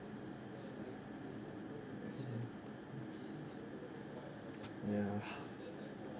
ya